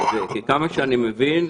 עד כמה שאני מבין,